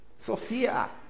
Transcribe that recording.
Sophia